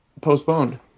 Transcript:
postponed